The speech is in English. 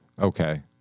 okay